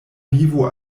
vivo